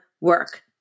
work